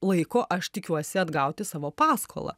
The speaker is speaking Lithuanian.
laiko aš tikiuosi atgauti savo paskolą